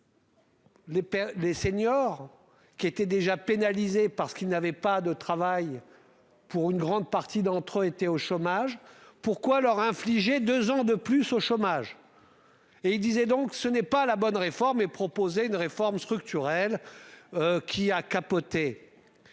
des seniors qui étaient déjà pénalisés parce qu'il n'avait pas de travail pour une grande partie d'entre eux étaient au chômage pourquoi leur infliger 2 ans de plus au chômage. Et il disait, donc ce n'est pas la bonne réforme et proposer une réforme structurelle. Qui a capoté.